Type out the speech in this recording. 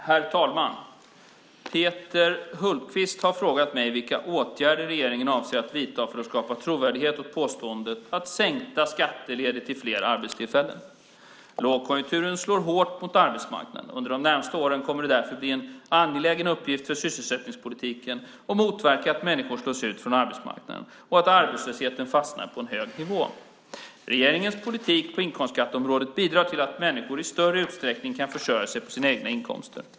Herr talman! Peter Hultqvist har frågat mig vilka åtgärder regeringen avser att vidta för att skapa trovärdighet åt påståendet att sänkta skatter leder till fler arbetstillfällen. Lågkonjunkturen slår hårt mot arbetsmarknaden. Under de närmaste åren kommer det därför att bli en angelägen uppgift för sysselsättningspolitiken att motverka att människor slås ut från arbetsmarknaden och att arbetslösheten fastnar på en hög nivå. Regeringens politik på inkomstskatteområdet bidrar till att människor i större utsträckning kan försörja sig på sina egna inkomster.